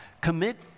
Commit